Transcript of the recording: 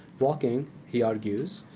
walking, he argues,